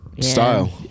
Style